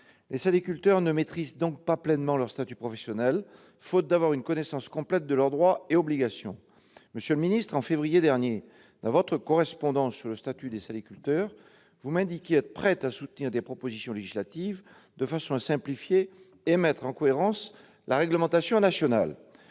Les saliculteurs ne maîtrisent donc pas pleinement leur statut professionnel, faute d'avoir une connaissance complète de leurs droits et obligations. Monsieur le ministre, en février dernier, dans votre correspondance sur le statut des saliculteurs, vous m'indiquiez être prêt à soutenir les propositions législatives visant à simplifier et à mettre en cohérence la réglementation nationale.